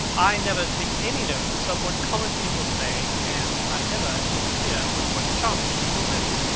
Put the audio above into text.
i never take any notice of what common people say, and i never interfere with what charming people do.